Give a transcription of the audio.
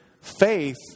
faith